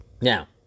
Now